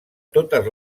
totes